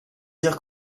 dire